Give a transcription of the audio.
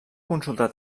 consultar